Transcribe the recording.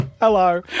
Hello